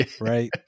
right